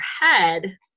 head